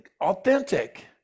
authentic